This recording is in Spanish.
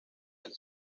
del